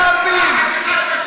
חבורה של משת"פים אתם.